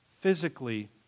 physically